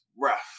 rough